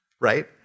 right